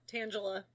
Tangela